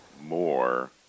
more